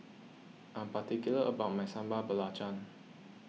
I'm particular about my Sambal Belacan